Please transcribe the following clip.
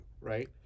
right